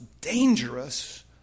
dangerous